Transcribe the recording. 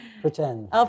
pretend